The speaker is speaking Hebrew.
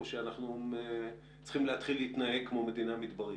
או שאנחנו צריכים להתחיל להתנהג כמו מדינה מדברית?